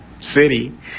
city